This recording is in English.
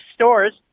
stores